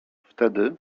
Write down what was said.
wtedy